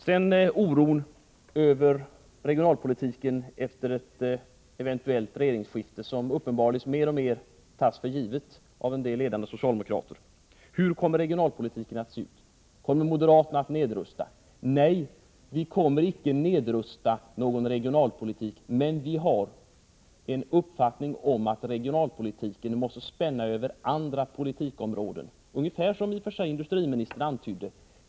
Sedan till oron över regionalpolitiken efter ett eventuellt regeringsskifte, något som uppenbarligen mer och mer tas för givet av en del ledande socialdemokrater. Hur kommer regionalpolitiken att se ut, kommer moderaterna att nedrusta? Nej, vi kommer icke att nedrusta någon regionalpolitik. Men vår uppfattning är att regionalpolitiken måste spänna över andra områden av politiken, i och för sig på ungefär samma sätt som indutriministern antydde.